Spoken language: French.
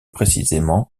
précisément